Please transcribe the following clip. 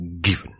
given